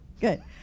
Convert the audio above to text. Good